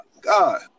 god